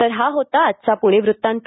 तर हा होता आजचा पुणे वृत्तांत